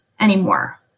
anymore